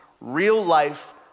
real-life